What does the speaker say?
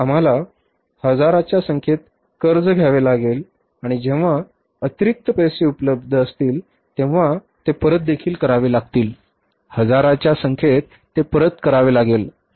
आम्हाला हजाराच्या संख्येत कर्ज घ्यावे लागेल आणि जेव्हा अतिरिक्त पैसे उपलब्ध असतील तेव्हा ते परत देखील करावे लागतील हजाराच्या संख्येतच ते परत करावे लागेल